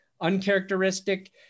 uncharacteristic